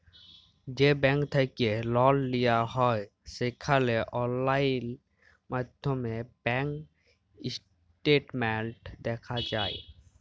যে ব্যাংক থ্যাইকে লল লিয়া হ্যয় সেখালে অললাইল মাইধ্যমে ব্যাংক ইস্টেটমেল্ট দ্যাখা যায়